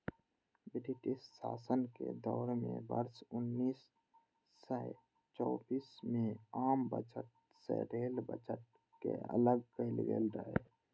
British शासन के दौर मे वर्ष उन्नैस सय चौबीस मे आम बजट सं रेल बजट कें अलग कैल गेल रहै